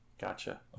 Gotcha